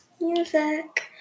music